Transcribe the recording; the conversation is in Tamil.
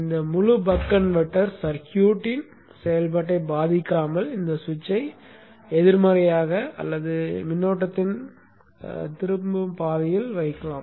இந்த முழு பக் கன்வெர்ட்டரை சர்க்யூட்டின் செயல்பாட்டை பாதிக்காமல் இந்த சுவிட்சை எதிர்மறையாக அல்லது மின்னோட்டத்தின் திரும்பும் பாதையில் வைக்கலாம்